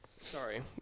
Sorry